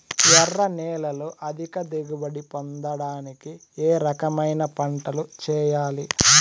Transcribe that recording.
ఎర్ర నేలలో అధిక దిగుబడి పొందడానికి ఏ రకమైన పంటలు చేయాలి?